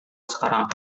sekarang